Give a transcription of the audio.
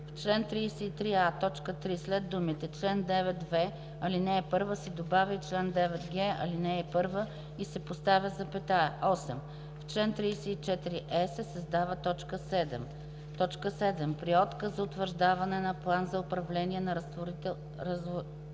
В чл. 33а, т. 3 след думите „чл. 9в, ал. 1“ се добавя „чл. 9г, ал. 1“ и се поставя запетая. 8. В чл. 34е се създава т. 7: „7. при отказ за утвърждаване на план за управление на разтворителите